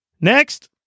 next